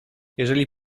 jeżeli